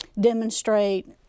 demonstrate